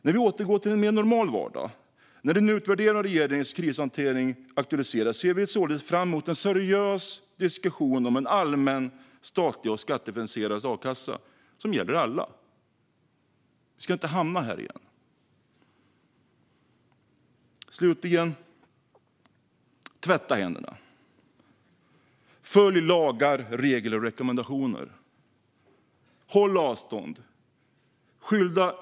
När vi återgår till en mer normal vardag, när en utvärdering av regeringens krishantering aktualiseras, ser vi således fram emot en seriös diskussion om en allmän, statlig och skattefinansierad a-kassa som gäller alla. Vi ska inte hamna här igen. Slutligen: Tvätta händerna! Följ lagar, regler och rekommendationer! Håll avstånd!